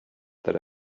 that